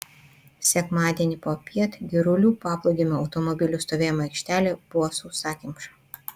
sekmadienį popiet girulių paplūdimio automobilių stovėjimo aikštelė buvo sausakimša